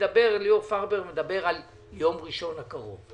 ליאור פרבר מדבר על יום ראשון הקרוב.